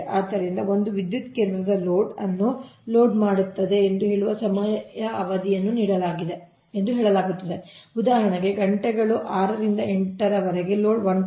ಆದ್ದರಿಂದ ಒಂದು ವಿದ್ಯುತ್ ಕೇಂದ್ರವು ಲೋಡ್ ಅನ್ನು ಲೋಡ್ ಮಾಡುತ್ತದೆ ಎಂದು ಹೇಳುವ ಸಮಯದ ಅವಧಿಯನ್ನು ನೀಡಲಾಗಿದೆ ಎಂದು ಹೇಳಲಾಗುತ್ತದೆ ಉದಾಹರಣೆಗೆ ಗಂಟೆಗಳು 6 ರಿಂದ 8 ರವರೆಗೆ ಲೋಡ್ 1